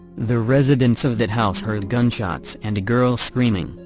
the residents of that house heard gunshots and a girl screaming,